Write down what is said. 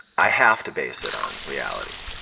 i have to base it on reality,